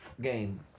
game